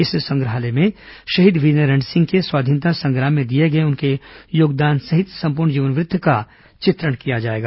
इस संग्रहालय में शहीद वीरनारायण सिंह के स्वतंत्रता संग्राम में दिए उनके योगदान सहित सम्पूर्ण जीवनवृत्त का चित्रण किया जाएगा